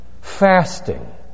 fasting